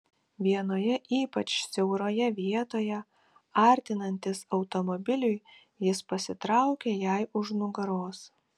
vienoje ypač siauroje vietoje artinantis automobiliui jis pasitraukė jai už nugaros